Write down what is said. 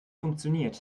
funktioniert